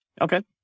Okay